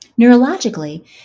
Neurologically